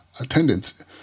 attendance